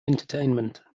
entertainment